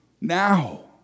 now